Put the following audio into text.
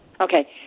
Okay